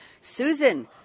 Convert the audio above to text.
Susan